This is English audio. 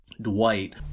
dwight